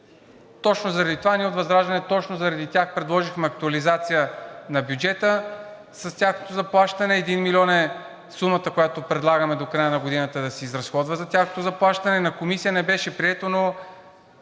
Точно заради това ние от ВЪЗРАЖДАНЕ, точно заради тях предложихме актуализация на бюджета с тяхното заплащане. Един милион е сумата, която предлагаме до края на годината да се изразходва за тяхното заплащане. В Комисията не беше прието, но